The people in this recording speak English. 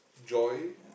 joy